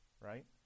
right